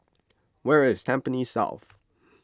where is Tampines South